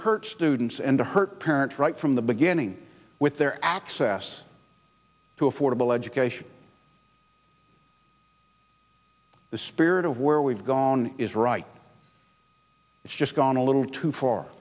hurt students and to hurt parents right from the beginning with their access to affordable education the spirit of where we've gone is right it's just gone a little too far